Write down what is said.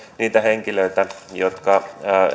niitä henkilöitä jotka